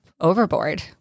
overboard